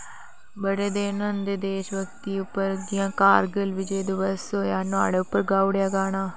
बड़े दिन होंदे देश भगती उप्पर जि'यां कारगिल विजय दिवस होई गेआ नुहाड़े उप्पर गाई ओड़ने गाना